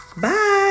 Bye